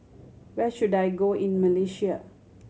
where should I go in Malaysia